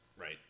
Right